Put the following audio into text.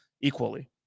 equally